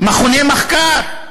מכוני מחקר,